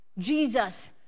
Jesus